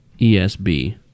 ESB